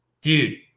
dude